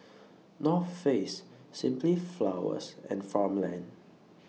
North Face Simply Flowers and Farmland